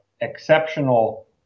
exceptional